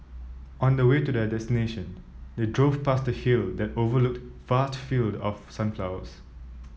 on the way to their destination they drove past a hill that overlooked vast field of sunflowers